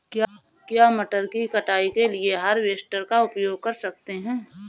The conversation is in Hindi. क्या मटर की कटाई के लिए हार्वेस्टर का उपयोग कर सकते हैं?